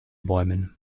bäumen